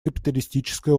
капиталистическое